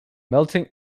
melting